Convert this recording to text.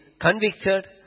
convicted